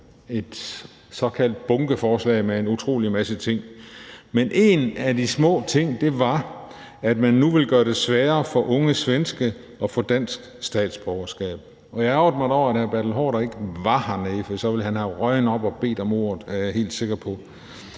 et såkaldt bunkeforslag, med en utrolig masse ting, men en af de små ting var, at man nu vil gøre det sværere for unge svenskere at få dansk statsborgerskab. Jeg ærgrede mig da over, at hr. Bertel Haarder ikke var hernede, for så ville han være røget op for at bede om ordet, er jeg helt sikker på.